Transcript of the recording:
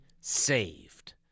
saved